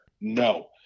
No